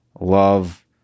love